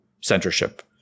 censorship